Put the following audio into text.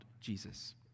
Jesus